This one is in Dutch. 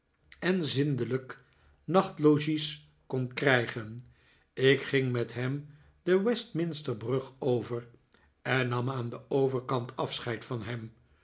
en zindelijk nachtlogies kon krijgen ik ging met hem de westminster brug over en nam aan den overkant afscheid van hem